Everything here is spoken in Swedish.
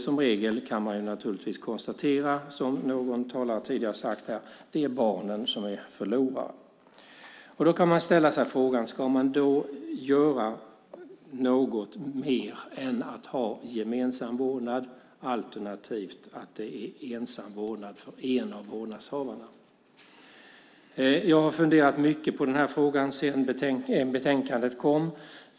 Som regel kan man naturligtvis, som någon tidigare talare sagt här, konstatera att det är barnen som är förlorare. Då kan man ställa sig frågan om man ska göra något mer än att ha gemensam vårdnad alternativt ensam vårdnad för en av vårdnadshavarna. Jag har funderat mycket på den frågan sedan betänkandet kom.